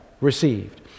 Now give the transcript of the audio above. received